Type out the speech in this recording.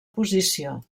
posició